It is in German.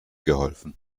geholfen